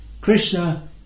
Krishna